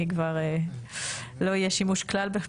לא יהיה כלל שימוש בפחם.